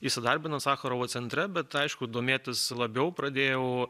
įsidarbinant sacharovo centre bet aišku domėtis labiau pradėjau